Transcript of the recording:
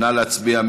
נא להצביע.